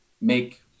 make